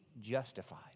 justified